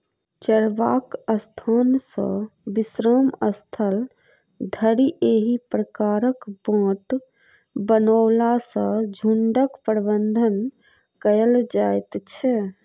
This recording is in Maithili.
चरबाक स्थान सॅ विश्राम स्थल धरि एहि प्रकारक बाट बनओला सॅ झुंडक प्रबंधन कयल जाइत छै